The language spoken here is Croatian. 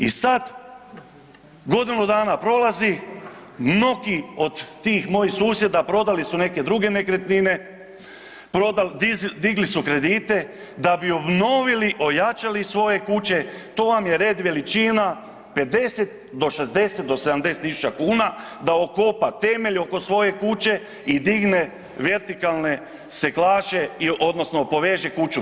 I sad, godinu dana prolazi, mnogi od tih mojih susjeda prodali su neke druge nekretnine, prodali, digli su kredite da bi obnovili, ojačali svoje kuće, to vam je red veličina 50 do 60 do 70 tisuća kuna da okopa temelj oko svoje kuće i digne vertikalne serklaže odnosno poveže kuću.